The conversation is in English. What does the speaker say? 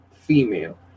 female